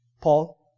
Paul